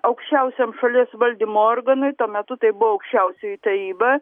aukščiausiam šalies valdymo organui tuo metu tai buvo aukščiausioji taryba